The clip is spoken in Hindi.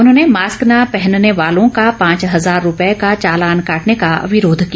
उन्होंने मास्क न पहनने वालों का पांच हजार रुपए का चालान काटने का विरोध किया